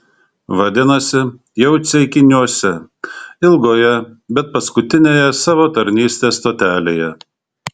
vadinasi jau ceikiniuose ilgoje bet paskutinėje savo tarnystės stotelėje